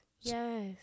yes